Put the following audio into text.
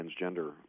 transgender